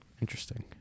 Interesting